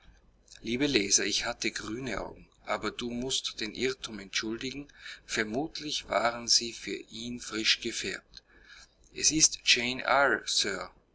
lieber leser ich hatte grüne augen aber du mußt den irrtum entschuldigen vermutlich waren sie für ihn frisch gefärbt es ist jane